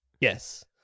Yes